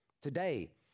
today